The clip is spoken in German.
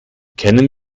kennen